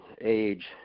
age